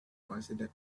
considered